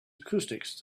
acoustics